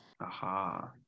Aha